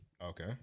Okay